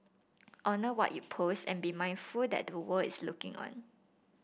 honour what you post and be mindful that the world is looking on